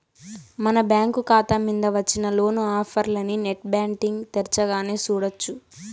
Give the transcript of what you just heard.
మన బ్యాంకు కాతా మింద వచ్చిన లోను ఆఫర్లనీ నెట్ బ్యాంటింగ్ తెరచగానే సూడొచ్చు